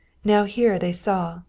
now here they saw,